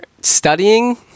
Studying